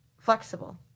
flexible